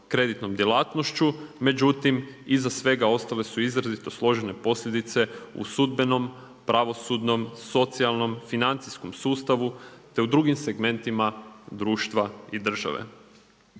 kreditnom djelatnošću međutim iza svega ostale su izrazito složene posljedice u sudbenom, pravosudnom, socijalnom, financijskom sustavu te u drugim segmentima društva i države.